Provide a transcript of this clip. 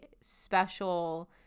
special